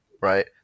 right